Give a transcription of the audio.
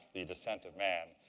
the descent of man.